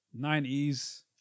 90s